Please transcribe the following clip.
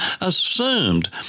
assumed